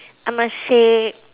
I must say